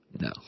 No